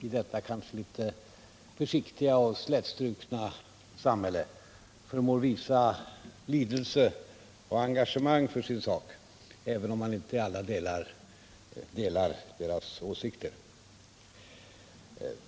i detta kanske litet försiktiga och slätstrukna samhälle förmår visa lidelse och engagemang för sin sak, även om jag inte i allt delar deras åsikter.